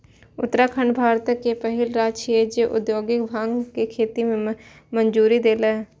उत्तराखंड भारतक पहिल राज्य छियै, जे औद्योगिक भांग के खेती के मंजूरी देलकै